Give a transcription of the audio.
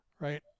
right